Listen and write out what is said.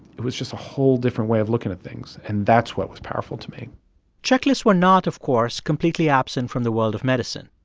it was just a whole different way of looking at things. and that's what was powerful to me checklists were not, of course, completely absent from the world of medicine.